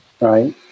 right